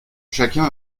chacun